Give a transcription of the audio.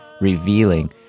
revealing